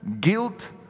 guilt